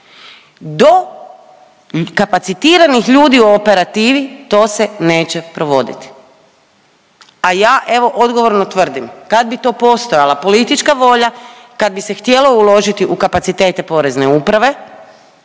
do kapacitiranih ljudi u operativi to se neće provoditi. A ja evo odgovorno tvrdim kad bi to postojala politička volja, kad bi se htjelo uložiti u kapacitete Porezne uprave